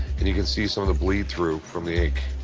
and you can see some of the bleed through from the ink.